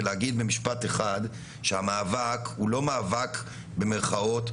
ולהגיד במשפט אחד שהמאבק הוא לא מאבק "מגזרי".